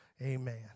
Amen